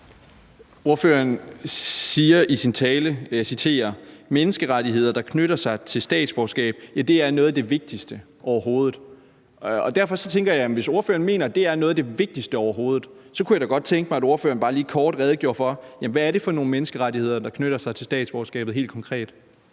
Ordføreren siger i sin tale, og jeg citerer: Menneskerettigheder, der knytter sig til statsborgerskab, er noget af det vigtigste overhovedet. Så hvis ordføreren mener, at det er noget af det vigtigste overhovedet, kunne jeg da godt tænke mig, at ordføreren bare lige kort redegjorde for, hvad det er for nogle menneskerettigheder, der knytter sig til statsborgerskabet helt konkret.